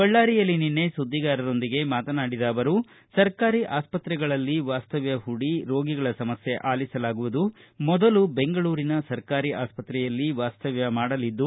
ಬಳ್ಳಾರಿಯಲ್ಲಿ ನಿನ್ನೆ ಸುದ್ದಿಗಾರರೊಂದಿಗೆ ಮಾತನಾಡಿದ ಅವರು ಸರ್ಕಾರಿ ಆಸ್ಪತ್ರೆಗಳಲ್ಲಿ ವಾಸ್ತವ್ಯ ಹೂಡಿ ರೋಗಿಗಳ ಸಮಸ್ಥೆ ಆಲಿಸಲಾಗುವುದು ಮೊದಲು ಬೆಂಗಳೂರಿನ ಸರ್ಕಾರಿ ಆಸ್ವತ್ರೆಯಲ್ಲಿ ವಾಸ್ತವ್ಣ ಮಾಡಲಿದ್ದು